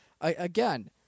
again